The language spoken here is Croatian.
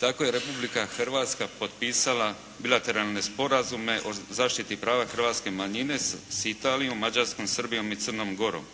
Tako je Republika Hrvatska potpisala bilateralne sporazume o zaštiti prava hrvatskih manjina s Italijom, Mađarskom, Srbijom i Crnom Gorom.